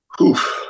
Oof